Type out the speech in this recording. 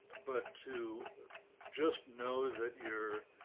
but to just know that you're,